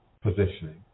positioning